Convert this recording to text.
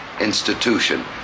institution